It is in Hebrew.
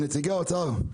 נציגי האוצר,